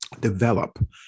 develop